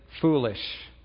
foolish